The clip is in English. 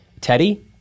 Teddy